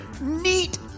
neat